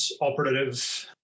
operative